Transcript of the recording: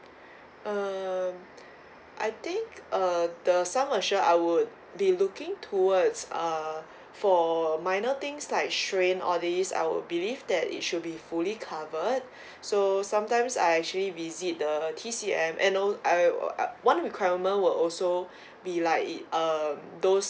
um I think uh the sum assured I would be looking towards ah for minor things like strain all this I will believe that it should be fully covered so sometimes I actually visit the T_C_M and no I'll uh one requirement will also be like it um those